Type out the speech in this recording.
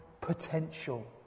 potential